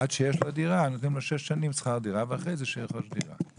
עד שיש לו דירה נותנים לו שש שנים שכר דירה ואחרי זה שירכוש דירה.